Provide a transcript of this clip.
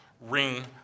ring